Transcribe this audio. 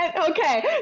okay